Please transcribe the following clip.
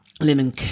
Lemon